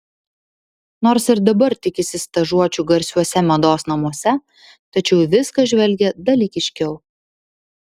nors ir dabar tikisi stažuočių garsiuose mados namuose tačiau į viską žvelgia dalykiškiau